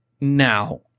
Now